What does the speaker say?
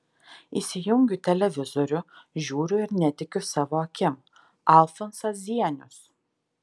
įsijungiu televizorių žiūriu ir netikiu savo akim alfonsas zienius